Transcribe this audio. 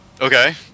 Okay